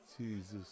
Jesus